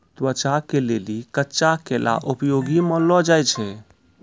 त्वचा के लेली कच्चा केला उपयोगी मानलो जाय छै